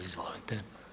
Izvolite.